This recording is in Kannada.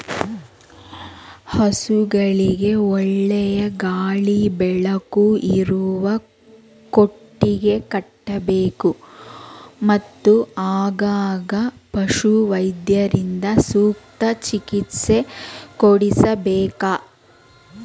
ಹಸುಗಳಿಗೆ ಒಳ್ಳೆಯ ಗಾಳಿ ಬೆಳಕು ಇರುವ ಕೊಟ್ಟಿಗೆ ಕಟ್ಟಬೇಕು, ಮತ್ತು ಆಗಾಗ ಪಶುವೈದ್ಯರಿಂದ ಸೂಕ್ತ ಚಿಕಿತ್ಸೆ ಕೊಡಿಸಬೇಕು